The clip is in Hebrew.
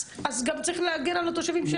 אז צריך גם להגן על התושבים של